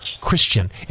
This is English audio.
Christian